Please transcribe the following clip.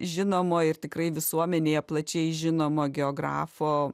žinomo ir tikrai visuomenėje plačiai žinomo geografo